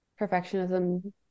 Perfectionism